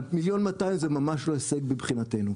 1.2 מיליון זה ממש לא הישג בשבילנו.